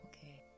okay